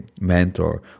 mentor